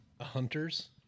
hunters